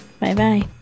Bye-bye